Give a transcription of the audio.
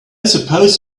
suppose